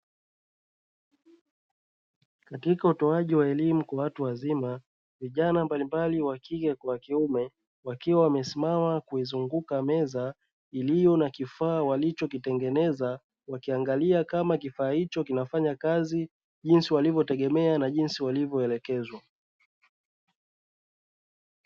Katika utoaji wa elimu kwa watu wazima, vijana mbalimbali wa kike kwa wa kiume wakiwa wamesimama kuizunguka meza iliyo na kifaa walichokitengeneza, wakiangalia kama kifaa hicho kinafanya kazi jinsi walivyotegemea na jinsi walivyoelekezwa.